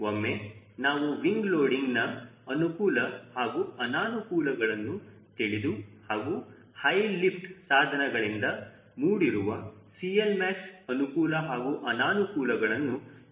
ಒಮ್ಮೆ ನಾವು ವಿಂಗ್ ಲೋಡಿಂಗ್ನ ಅನುಕೂಲ ಹಾಗೂ ಅನಾನುಕೂಲಗಳನ್ನು ತಿಳಿದು ಹಾಗೂ ಹಾಯ್ ಲಿಫ್ಟ್ ಸಾಧನಗಳಿಂದ ಮೂಡಿರುವ CLmax ಅನುಕೂಲ ಹಾಗೂ ಅನಾನುಕೂಲಗಳನ್ನು ವಿನ್ಯಾಸಕಾರರಾಗಿ ತಿಳಿದುಕೊಂಡಿರಬೇಕು